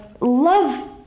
love